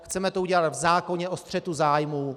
Chceme to udělat v zákoně o střetu zájmů.